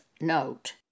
note